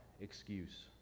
excuse